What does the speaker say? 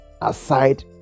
aside